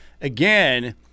Again